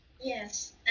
Yes